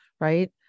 Right